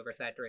oversaturated